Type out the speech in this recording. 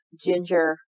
ginger